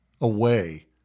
away